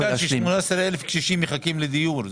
18,000 קשישים מחכים לדיור.